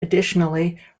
additionally